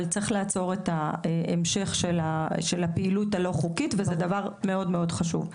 אבל צריך לעצור את ההמשך של הפעילות הלא חוקית וזה דבר מאוד מאוד חשוב.